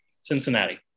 Cincinnati